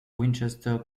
winchester